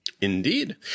Indeed